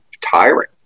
tiring